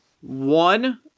one